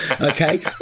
okay